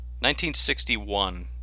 1961